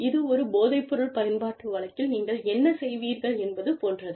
இது ஒரு போதைப்பொருள் பயன்பாட்டு வழக்கில் நீங்கள் என்ன செய்வீர்கள் என்பது போன்றது